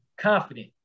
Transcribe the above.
confident